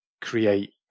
create